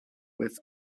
with